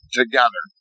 together